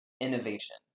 innovation